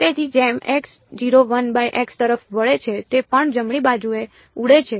તેથી જેમ x 0 1x તરફ વળે છે તે પણ જમણી બાજુએ ઉડે છે